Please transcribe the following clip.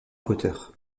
potter